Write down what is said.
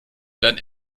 werden